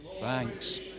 Thanks